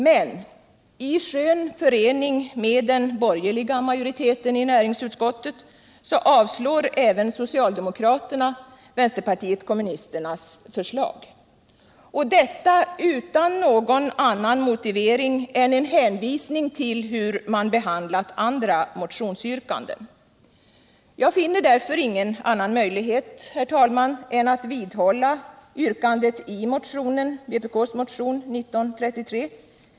Men i skön förening med den borgerliga majoriteten i näringsutskottet avstyrker även socialdemokraterna vpk:s förslag. Och detta utan någon annan motivering än en hänvisning till hur man har behandlat andra motionsyrkanden. Jag finner därför ingen annan möjlighet, herr talman, än att vidhålla yrkandet i vpk-motionen 1933.